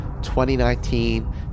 2019